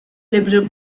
liberal